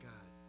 God